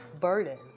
burden